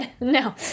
No